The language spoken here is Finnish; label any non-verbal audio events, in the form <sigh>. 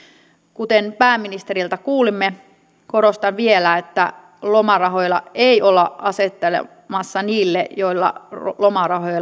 kuten pääministeriltä kuulimme korostan vielä että lomarahoja ei olla asettamassa niille joilla lomarahoja <unintelligible>